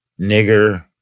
nigger